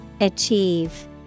Achieve